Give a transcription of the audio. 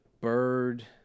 bird